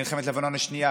כמו מלחמת לבנון השנייה,